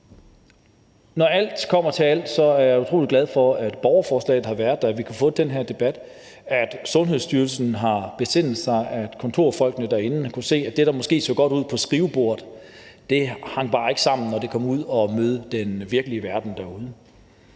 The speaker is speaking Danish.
når alt kommer til alt, er jeg utrolig glad for, at borgerforslaget har været der og vi har kunnet få den her debat, at Sundhedsstyrelsen har besindet sig, og at kontorfolkene derinde har kunnet se, at det, der måske så godt ud på skrivebordet, bare ikke hang sammen, når det kom ud og mødte den virkelige verden derude.